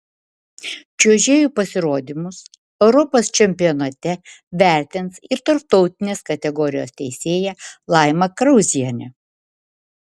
čiuožėjų pasirodymus europos čempionate vertins ir tarptautinės kategorijos teisėja laima krauzienė